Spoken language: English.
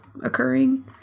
occurring